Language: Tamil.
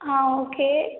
ஆ ஓகே